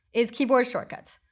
is keyboard shortcuts.